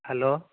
hello